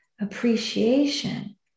appreciation